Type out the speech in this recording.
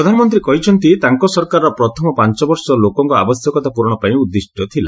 ପ୍ରଧାନମନ୍ତ୍ରୀ କହିଛନ୍ତି ତାଙ୍କ ସରକାରର ପ୍ରଥମ ପାଞ୍ଚ ବର୍ଷ ଲୋକଙ୍କ ଆବଶ୍ୟକତା ପୂରଣ ପାଇଁ ଉଦ୍ଦିଷ୍ଟ ଥିଲା